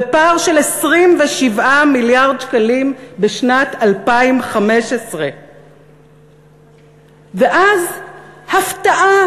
ופער של 27 מיליארד שקלים בשנת 2015. ואז הפתעה,